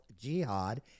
Jihad